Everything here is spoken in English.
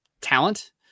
talent